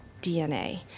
DNA